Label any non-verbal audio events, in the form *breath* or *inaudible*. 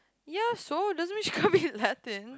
ya so doesn't mean *breath* she can't be Latin